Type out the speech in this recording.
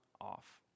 off